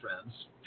friends